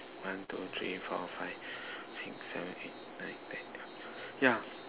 one two three four five six seven eight nine ten eleven twelve yeah